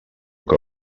que